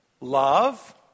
love